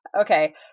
Okay